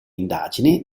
indagini